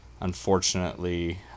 unfortunately